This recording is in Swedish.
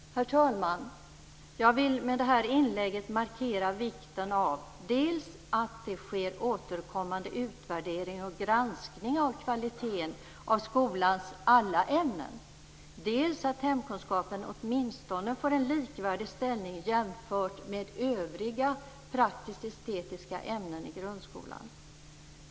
Herr talman! Jag vill med det här inlägget markera vikten av dels att det sker återkommande utvärdering och granskning av kvaliteten i skolans alla ämnen, dels att hemkunskapen åtminstone får en likvärdig ställning med övriga praktisk-estetiska ämnen i grundskolan.